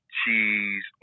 cheese